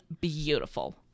beautiful